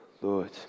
Lord